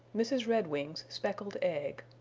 mrs. redwing's speckled egg